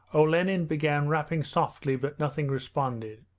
olenin began rapping softly but nothing responded.